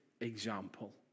example